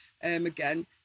again